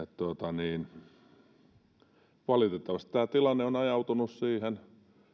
valitettavasti tämä tilanne on ajautunut siihen